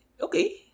okay